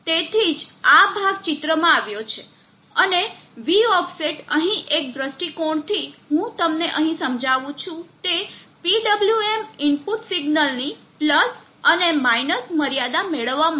તેથી જ આ ભાગ ચિત્રમાં આવ્યો છે અને Voffset અહીં એક દૃષ્ટિકોણથી હું તમને અહીં સમજાવું છું તે PWM ઇનપુટ સિગ્નલની અને મર્યાદા મેળવવા માટે